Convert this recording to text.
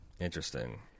interesting